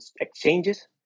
exchanges